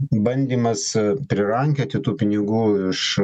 bandymas prirankioti tų pinigų iš